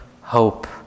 hope